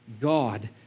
God